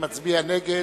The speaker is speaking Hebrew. מצביע נגד.